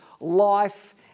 life